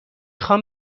خوام